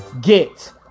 get